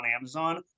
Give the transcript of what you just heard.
Amazon